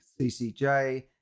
CCJ